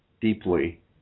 deeply